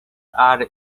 are